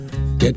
Get